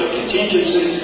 contingency